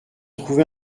trouvé